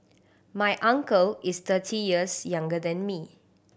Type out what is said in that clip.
my uncle is thirty years younger than me